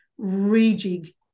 rejig